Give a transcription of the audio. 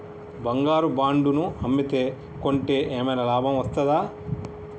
బంగారు బాండు ను అమ్మితే కొంటే ఏమైనా లాభం వస్తదా?